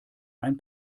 ein